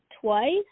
twice